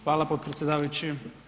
Hvala potpredsjedavajući.